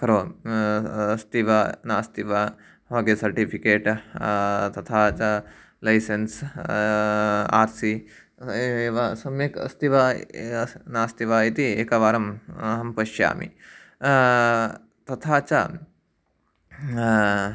करोमि अस्ति वा नास्ति वा होगे सर्टिफ़िकेट् तथा च लैसेन्स् आर् सि एवमेव सम्यक् अस्ति वा नास्ति वा इति एकवारम् अहं पश्यामि तथा च